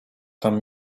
tam